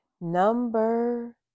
number